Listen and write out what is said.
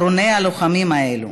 אחרוני הלוחמים האלה.